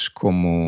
como